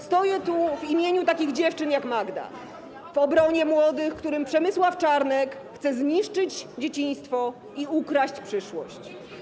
Stoję tu w imieniu takich dziewczyn jak Magda, w obronie młodych, którym Przemysław Czarnek chce zniszczyć dzieciństwo i ukraść przyszłość.